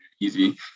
easy